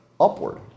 upward